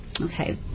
Okay